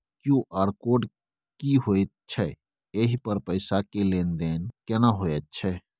QR code की होयत छै एहि पर पैसा के लेन देन केना होयत छै?